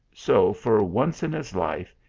so, for once in his life,